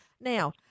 Now